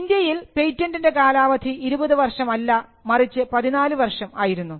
ഇന്ത്യയിൽ പേറ്റന്റിൻറെ കാലാവധി 20 വർഷം അല്ല മറിച്ച് 14 വർഷം ആയിരുന്നു